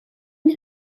این